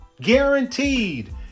guaranteed